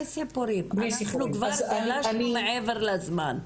אנחנו כבר גלשנו מעבר לזמן.